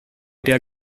der